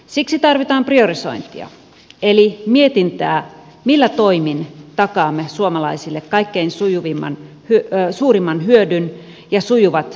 siksi tarvitaan priorisointia eli mietintää millä toimin takaamme suomalaisille kaikkein sujuvimmaan viettää suurimman hyödyn ja sujuvat